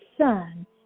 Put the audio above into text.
son